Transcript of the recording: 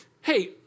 hey